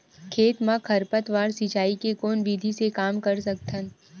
खेत म खरपतवार सिंचाई के कोन विधि से कम कर सकथन?